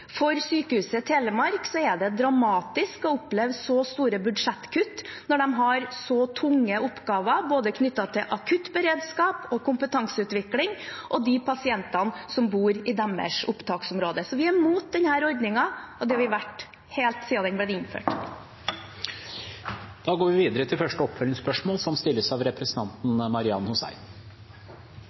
For Sykehuset Telemark er det dramatisk å oppleve store budsjettkutt når de har så tunge oppgaver knyttet til både akuttberedskap og kompetanseutvikling og de pasientene som bor i deres opptaksområde. Så vi er imot denne ordningen, og det har vi vært helt siden den ble innført. Marian Hussein – til oppfølgingsspørsmål.